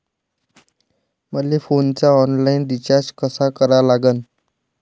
मले फोनचा online recharge कसा करा लागन?